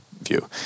view